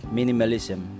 minimalism